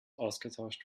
ausgetauscht